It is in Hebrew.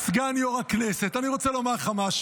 אין ההצעה להעביר לוועדה את הצעת חוק לתיקון